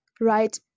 right